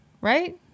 Right